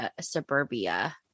suburbia